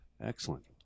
Excellent